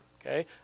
okay